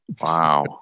Wow